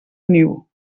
niu